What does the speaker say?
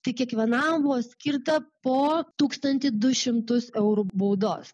tai kiekvienam buvo skirta po tūkstantį du šimtus eurų baudos